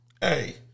Hey